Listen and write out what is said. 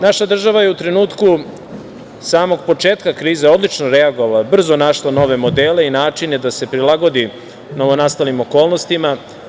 Naša država je u trenutku samog početka krize odlično reagovala, brzo našla nove modele i načine da se prilagodi novonastalim okolnostima.